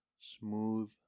smooth